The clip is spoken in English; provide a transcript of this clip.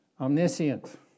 Omniscient